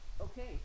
Okay